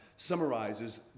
summarizes